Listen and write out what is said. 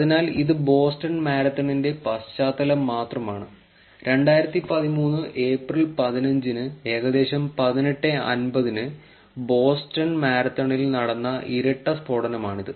അതിനാൽ ഇത് ബോസ്റ്റൺ മാരത്തണിന്റെ പശ്ചാത്തലം മാത്രമാണ് 2013 ഏപ്രിൽ 15 ന് ഏകദേശം 1850 ന് ബോസ്റ്റൺ മാരത്തണിൽ നടന്ന ഇരട്ട സ്ഫോടനമാണിത്